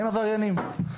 הם עבריינים.